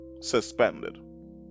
suspended